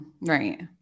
Right